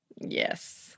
yes